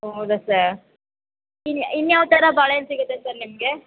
ಹೊ ಹೌದ ಸರ್ ಇನ್ನು ಇನ್ಯಾವ್ಥರ ಬಾಳೆಹಣ್ಣು ಸಿಗುತ್ತೆ ಸರ್ ನಿಮಗೆ